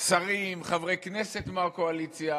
שרים, חברי כנסת מהקואליציה,